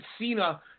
Cena